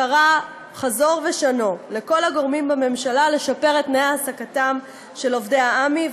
קרא חזור ושנה לכל הגורמים בממשלה לשפר את תנאי העסקתם של עמ"י,